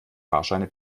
fahrscheine